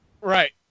Right